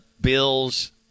Bills